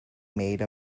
made